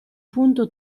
punto